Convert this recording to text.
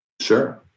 Sure